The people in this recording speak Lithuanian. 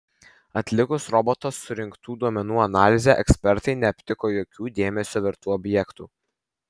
atlikus roboto surinktų duomenų analizę ekspertai neaptiko jokių dėmesio vertų objektų